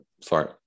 sorry